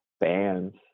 bands